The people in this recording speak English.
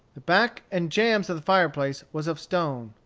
the back and jambs of the fireplace was of stone.